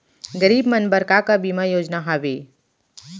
गरीब मन बर का का बीमा योजना हावे?